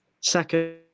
Second